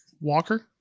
Walker